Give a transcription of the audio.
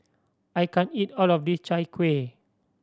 I can't eat all of this Chai Kuih